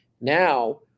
now